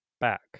back